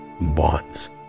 bonds